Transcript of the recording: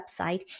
website